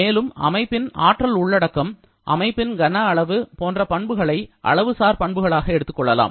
மேலும் அமைப்பின் ஆற்றல் உள்ளடக்கம் அமைப்பின் கன அளவுபோன்ற பல பண்புகளை அளவுசார் பண்புகளாக எடுத்துக்கொள்ளலாம்